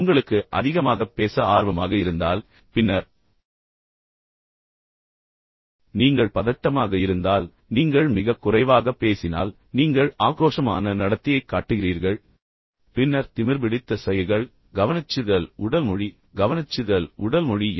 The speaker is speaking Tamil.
உங்களுக்கு அதிகமாகப் பேச ஆர்வமாக இருந்தால் பின்னர் நீங்கள் பதட்டமாக இருந்தால் பின்னர் நீங்கள் மிகக் குறைவாகப் பேசினால் நீங்கள் ஆக்ரோஷமான நடத்தையைக் காட்டுகிறீர்கள் பின்னர் திமிர்பிடித்த சைகைகள் கவனச்சிதறல் உடல் மொழி கவனச்சிதறல் உடல் மொழி என்ன